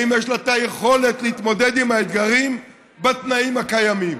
האם יש לה את היכולת להתמודד עם האתגרים בתנאים הקיימים?